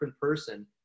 person